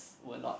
were not